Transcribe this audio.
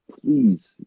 Please